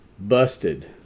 busted